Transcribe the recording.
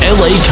la